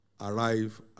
arrive